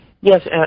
Yes